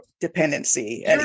dependency